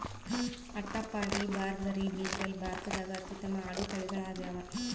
ಅಟ್ಟಪಾಡಿ, ಬಾರ್ಬರಿ, ಬೀಟಲ್ ಭಾರತದಾಗ ಅತ್ಯುತ್ತಮ ಆಡು ತಳಿಗಳಾಗ್ಯಾವ